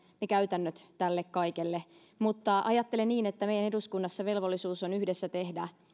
ne käytännöt tälle kaikelle mutta ajattelen niin että meidän on eduskunnassa velvollisuus yhdessä tehdä